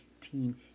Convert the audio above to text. team